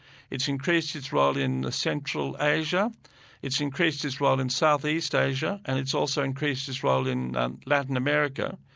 it's increased its role in central asia it's increased its role in south east asia, and it's also increased its role in and latin america.